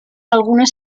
alguna